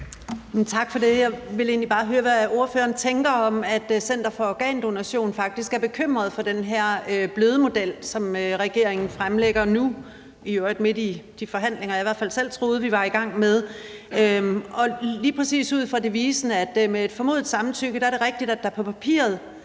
Tak for det. Jeg vil egentlig bare høre, hvad ordføreren tænker om, at Dansk Center for Organdonation faktisk er bekymret for den her bløde model, som regeringen fremlægger nu – i øvrigt midt i de forhandlinger, jeg i hvert fald selv troede vi var i gang med. Det er lige præcis ud fra devisen, at med et formodet samtykke er det rigtigt, at der på papiret